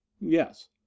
Yes